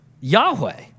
Yahweh